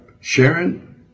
Sharon